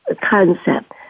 concept